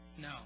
No